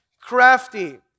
crafty